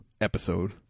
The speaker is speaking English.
episode